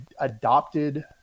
adopted